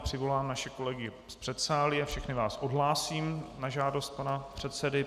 Přivolám naše kolegy z předsálí a všechny vás odhlásím na žádost pana předsedy.